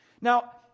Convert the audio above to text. Now